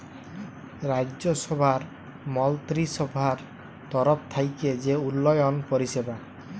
রাজ্যসভার মলত্রিসভার তরফ থ্যাইকে যে উল্ল্যয়ল পরিষেবা